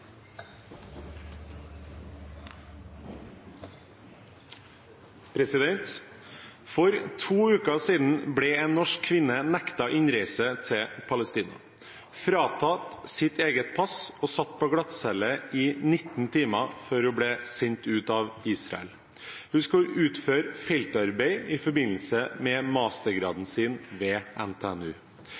to uker siden ble en norsk kvinne nektet innreise til Palestina, fratatt sitt eget pass og satt på glattcelle i 19 timer før hun ble sendt ut av Israel. Hun skulle utføre feltarbeid i forbindelse med sin mastergrad ved NTNU.